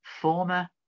former